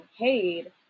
paid